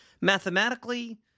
Mathematically